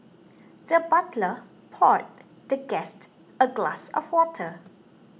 the butler poured the guest a glass of water